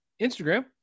Instagram